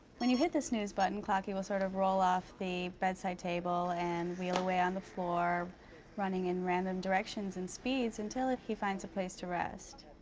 when you hit the snooze button, clocky will sort of roll off the bedside table and wheel away on the floor running in random directions and speeds, until he finds a place to rest.